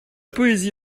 poésie